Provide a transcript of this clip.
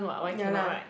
ya lah